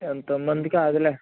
ఎంతోమంది కాదులే